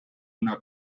una